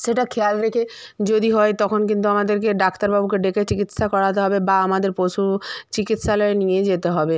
সেটা খেয়াল রেখে যদি হয় তখন কিন্তু আমাদেরকে ডাক্তারবাবুকে ডেকে চিকিৎসা করাতে হবে বা আমাদের পশু চিকিৎসালয়ে নিয়ে যেতে হবে